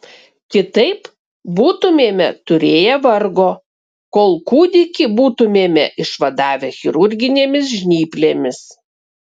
kitaip būtumėme turėję vargo kol kūdikį būtumėme išvadavę chirurginėmis žnyplėmis